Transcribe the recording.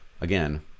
again